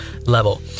level